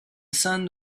sun